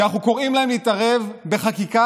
כי אנחנו קוראים להם להתערב בחוקי-יסוד,